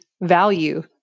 value